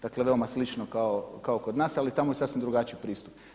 Dakle veoma slično kao kod nas ali tamo je sasvim drugačiji pristup.